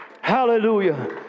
hallelujah